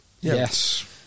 Yes